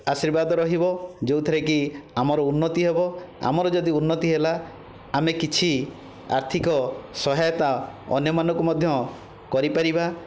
ଆଶୀର୍ବାଦ ରହିବ ଯେଉଁଥିରେକି ଆମର ଉନ୍ନତି ହେବ ଆମର ଯଦି ଉନ୍ନତି ହେଲା ଆମେ କିଛି ଆର୍ଥିକ ସହାୟତା ଅନ୍ୟମାନଙ୍କୁ ମଧ୍ୟ କରିପାରିବା